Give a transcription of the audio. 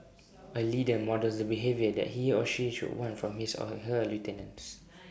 A leader models the behaviour that he or she should want from his or her lieutenants